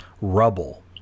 rubble